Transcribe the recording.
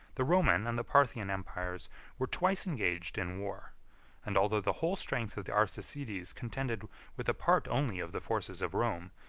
the roman and the parthian empires were twice engaged in war and although the whole strength of the arsacides contended with a part only of the forces of rome,